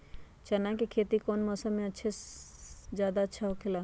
चाना के खेती कौन मौसम में सबसे अच्छा होखेला?